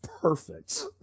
perfect